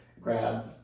grab